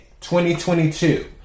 2022